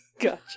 Gotcha